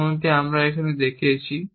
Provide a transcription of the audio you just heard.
যেমনটি আমরা সেখানে দেখিয়েছি